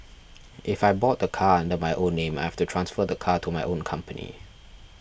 if I bought the car under my own name I have to transfer the car to my own company